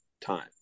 time